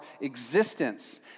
existence